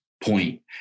point